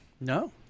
no